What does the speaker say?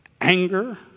anger